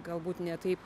galbūt ne taip